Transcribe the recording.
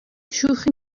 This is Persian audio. شوخی